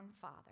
father